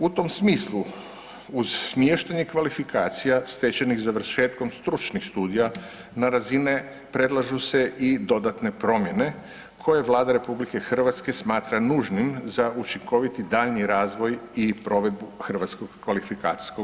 U tom smislu uz smještanje kvalifikacija stečenih završetkom stručnih studija na razine, predlažu se i dodatne promjene koje Vlada RH smatra nužnim za učinkoviti daljnji razvoj i provedbu HKO-a.